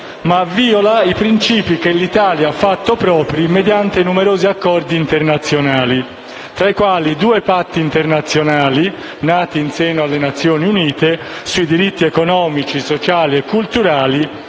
ma viola anche i principi che l'Italia ha fatto propri mediante i numerosi accordi internazionali, tra i quali due patti internazionali nati in seno alle Nazioni Unite sui diritti economici, sociali e culturali